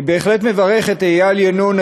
אני בהחלט מברך את איל ינון,